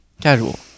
casual